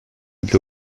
для